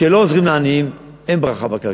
כשלא עוזרים לעניים אין ברכה בכלכלה.